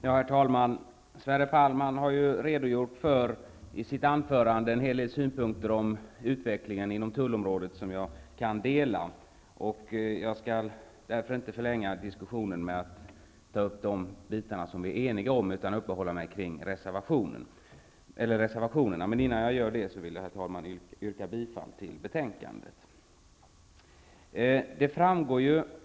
Herr talman! När det gäller utvecklingen inom tullområdet har Sverre Palm redogjort för en hel del synpunkter som jag kan dela, varför jag inte skall förlänga diskussionen med att ta upp de bitar där vi är eniga. Jag skall i stället uppehålla mig vid reservationerna. Innan jag gör det vill jag, herr talman, yrka bifall till utskottets hemställan.